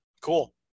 cool